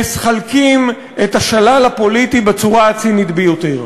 מחלקים את השלל הפוליטי בצורה הצינית ביותר.